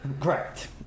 Correct